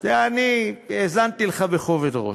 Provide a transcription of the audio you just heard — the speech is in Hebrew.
אני האזנתי לך בכובד ראש,